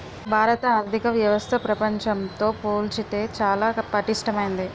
భారత ఆర్థిక వ్యవస్థ ప్రపంచంతో పోల్చితే చాలా పటిష్టమైంది